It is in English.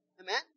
Amen